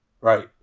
Right